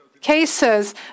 Cases